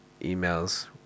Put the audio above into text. emails